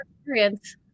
experience